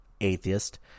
atheist